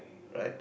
right